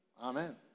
Amen